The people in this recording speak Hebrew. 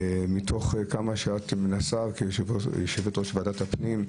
מתוך כמה שאת מנסה כיושבת-ראש ועדת ביטחון הפנים,